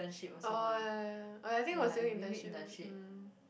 oh ya oh ya I think I was doing internship